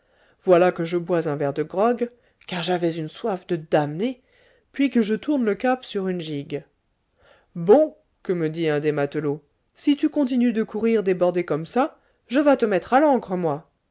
voilà que je bois un verre de grog car j'avais une soif de damné puis que je tourne le cap sur une gigue bon que me dit un des matelots si tu continues de courir des bordées comme ça je vas te mettre à l'ancre moi